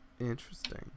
Interesting